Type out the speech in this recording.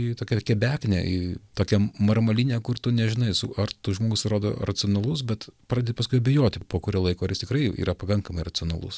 į tokią kebeknę į tokią marmalynę kur tu nežinai su ar tau žmogus rodo racionalus bet pradedi paskui abejoti po kurio laiko ar jis tikrai yra pakankamai racionalus